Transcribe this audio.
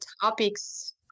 topics